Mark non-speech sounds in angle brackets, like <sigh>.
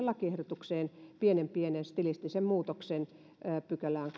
<unintelligible> lakiehdotukseen pienen pienen stilistisen muutoksen kahdenteenkymmenenteen a pykälään <unintelligible>